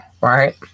right